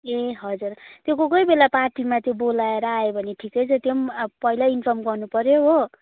ए हजुर त्यो कोही कोही बेला पार्टीमा त्यो बोलाएर आयो भने ठिकै छ त्यो पनि अब पहिल्यै इन्फर्म गर्नुपऱ्यो हो